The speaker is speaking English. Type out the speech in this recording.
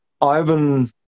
Ivan